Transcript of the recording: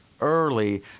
early